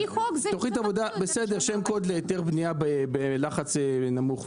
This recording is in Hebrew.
שם קוד להיתר בנייה בלחץ נמוך,